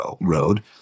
road